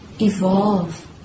evolve